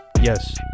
Yes